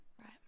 Right